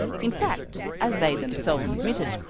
in fact, as they themselves admitted,